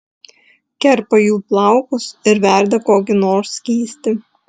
kerpa jų plaukus ir verda kokį nors skystį